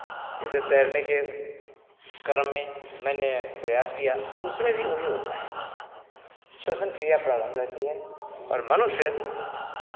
जैसे तैरने के क्रम में मैंने प्रयास किया तो उसमें भी वही होता है श्वसन क्रिया प्रारम्भ रहती है और मनुष्य